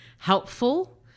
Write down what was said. helpful